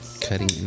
Cutting